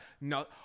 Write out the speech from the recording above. No